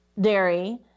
Dairy